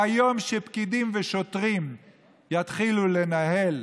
ביום שפקידים ושוטרים יתחילו לנהל,